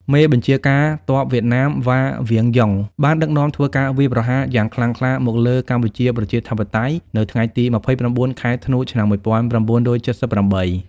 មេបញ្ជាការទ័ពវៀតណាម វ៉ា ង្វៀនយុង បានដឹកនាំធ្វើការវាយប្រហារយ៉ាងខ្លាំងក្លាមកលើកម្ពុជាប្រជាធិបតេយ្យនៅថ្ងៃទី ២៩ ខែធ្នូ ឆ្នាំ ១៩៧៨។